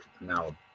now